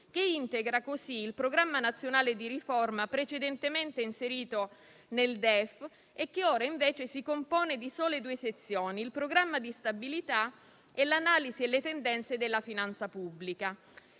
che integra così il programma nazionale di riforma, precedentemente inserito nel DEF, che ora invece si compone di sole due sezioni: il programma di stabilità e l'analisi e le tendenze della finanza pubblica.